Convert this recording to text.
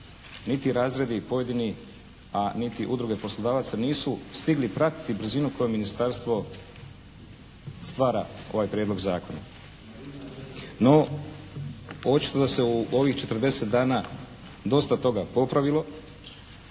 niti razredi pojedini a niti udruge poslodavaca nisu stigli pratiti brzinu koju ministarstvo stvara ovaj prijedlog zakona. No, očito da se u ovih 40 dana dosta toga popravilo,